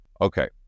Okay